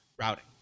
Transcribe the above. routing